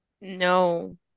no